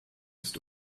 ist